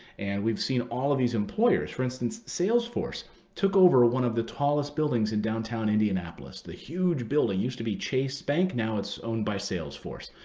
and we've seen all of these employers. for instance, salesforce took over one of the tallest buildings in downtown indianapolis the huge building, used to be chase bank. now it's owned by a salesforce.